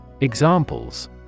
Examples